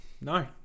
no